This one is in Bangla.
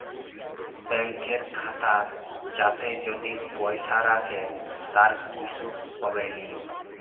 ব্যাংকের খাতা যাতে যদি পয়সা রাখে তার কিসু হবেলি